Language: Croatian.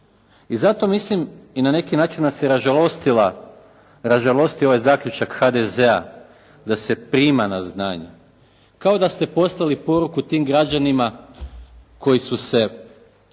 I zato mislim i na neki način nas je ražalostio ovaj zaključak HDZ-a da se prima na znanje. Kao da ste poslali poruku tim građanima koji su se